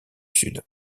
sud